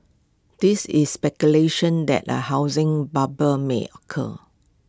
this is speculation that A housing bubble may occur